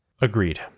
agreed